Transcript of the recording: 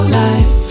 life